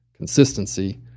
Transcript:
consistency